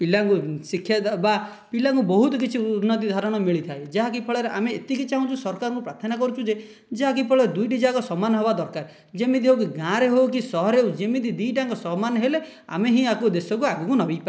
ପିଲାଙ୍କୁ ଶିକ୍ଷା ଦେବା ପିଲାକୁ ବହୁତ କିଛି ଉନ୍ନତି ଧାରଣ ମିଳିଥାଏ ଯାହାକି ଫଳରେ ଆମେ ଏତିକି ଚାହୁଁଛୁ ସରକାରଙ୍କୁ ପ୍ରାର୍ଥନା କରୁଛୁ ଯେ ଯାହାକି ଫଳରେ ଦୁଇଟିଯାକ ସମାନ ହେବା ଦରକାର ଯେମିତି ହେଉକି ଗାଁରେ ହେଉ କି ସହରରେ ହେଉ ଯେମିତି ଦୁଇଟା ଯାକ ସମାନ ହେଲେ ଆମେ ହିଁ ଆଗକୁ ଦେଶକୁ ଆଗକୁ ନେଇ